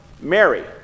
Mary